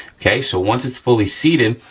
okay, so once it's fully seated,